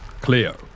Cleo